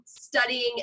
studying